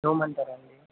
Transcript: ఇవ్వమంటారా అండీ